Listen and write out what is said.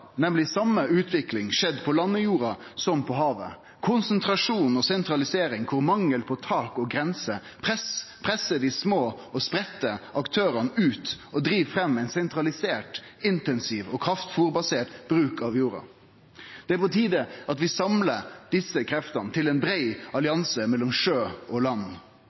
nemleg den same utviklinga skjedd på landjorda som på havet. Konsentrasjon og sentralisering, der mangel på tak og grenser pressar dei små og spreidde aktørane ut og driv fram ein sentralisert, intensiv og kraftfôrbasert bruk av jorda. Det er på tide at vi samlar desse kreftene til ein brei allianse mellom sjø og land.